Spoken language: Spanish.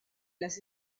las